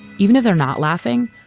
even if they're not laughing,